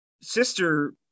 sister